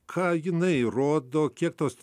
ką jinai rodo kiek tos